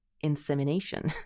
insemination